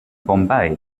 bombay